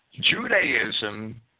Judaism